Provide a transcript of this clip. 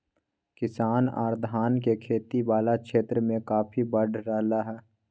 किसान आर धान के खेती वला क्षेत्र मे काफी बढ़ रहल हल